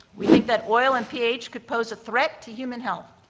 we think that oil and ph could pose a threat to human health.